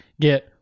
get